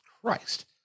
Christ